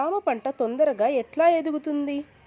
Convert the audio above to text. జామ పంట తొందరగా ఎట్లా ఎదుగుతుంది?